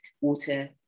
water